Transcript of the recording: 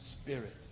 Spirit